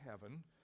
heaven